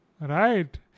Right